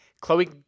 Chloe